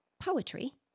Poetry